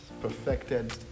perfected